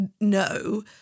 no